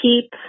keep